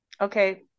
okay